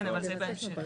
כן, אבל זה בהמשך.